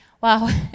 wow